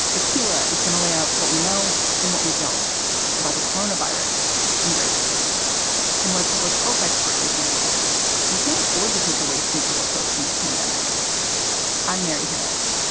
akeela is going to lay out what we know and what we don't about the coronavirus and race and why public health experts are saying we can't afford to take a race neutral approach in this pandemic i'm mary harris.